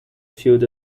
field